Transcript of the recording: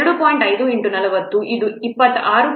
5 × 40 ಇದು 26